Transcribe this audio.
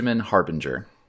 Harbinger